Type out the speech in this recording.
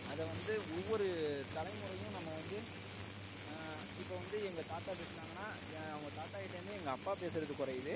அத வந்து ஒவ்வொரு தலைமுறையும் நம்ம வந்து இப்போ வந்து எங்கள் தாத்தா பேசினாங்கன்னா என் உங்கள் தாத்தாகிட்டேரு து எங்கள் அப்பா பேசுவது கொறையுது